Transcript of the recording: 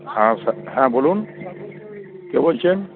হ্যাঁ স্যার হ্যাঁ বলুন কে বলছেন